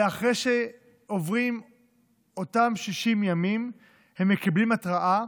ואחרי שעוברים אותם 60 ימים, הם מקבלים התראה,